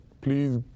please